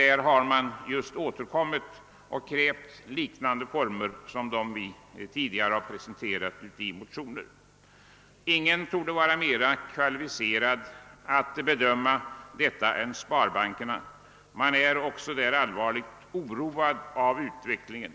Där har man krävt liknande sparformer som vi tidigare presenterat i motioner. Ingen torde vara mera kvalificerad att bedöma detta än sparbankerna. Man är också där allvarligt oroad av utvecklingen.